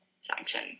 sanction